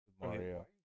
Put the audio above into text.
Mario